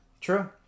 True